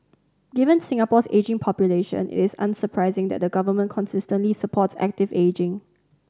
given Singapore's ageing population it is unsurprising that the government consistently supports active ageing